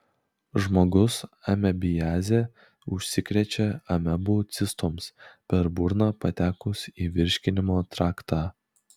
žmogus amebiaze užsikrečia amebų cistoms per burną patekus į virškinimo traktą